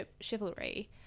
chivalry